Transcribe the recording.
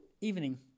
evening